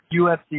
UFC